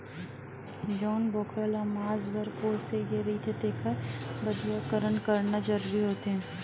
जउन बोकरा ल मांस बर पोसे गे रहिथे तेखर बधियाकरन करना जरूरी होथे